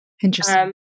Interesting